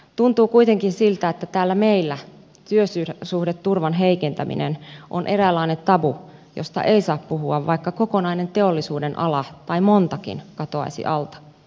tuntuu kuitenkin siltä että täällä meillä työsuhdeturvan heikentäminen on eräänlainen tabu josta ei saa puhua vaikka kokonainen teollisuudenala tai montakin katoaisi alta